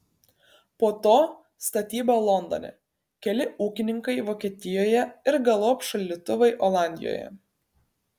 po to statyba londone keli ūkininkai vokietijoje ir galop šaldytuvai olandijoje